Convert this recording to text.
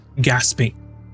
gasping